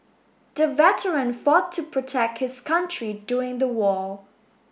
the veteran fought to protect his country during the war